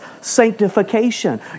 sanctification